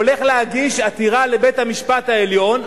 הולך להגיש עתירה לבית-המשפט העליון,